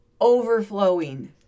overflowing